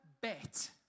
bet